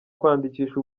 kwandikisha